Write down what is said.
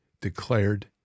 declared